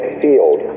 field